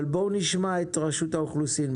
רשות האוכלוסין,